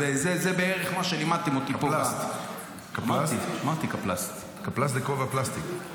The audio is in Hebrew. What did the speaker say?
זה בערך מה שלימדתם אותי פה -- קפלס"ט זה כובע פלסטיק.